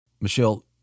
Michelle